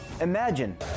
Imagine